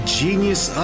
genius